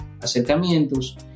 acercamientos